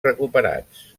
recuperats